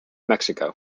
mexico